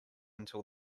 until